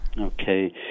Okay